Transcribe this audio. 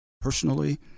personally